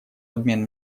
обмен